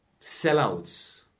sellouts